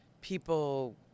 people